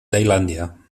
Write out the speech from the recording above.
tailàndia